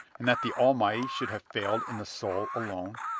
and that the almighty should have failed in the soul alone?